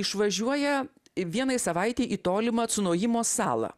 išvažiuoja vienai savaitei į tolimą cunojimo salą